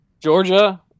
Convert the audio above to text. Georgia